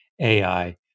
AI